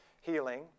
healing